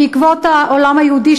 בעקבות העולם היהודי,